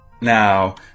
Now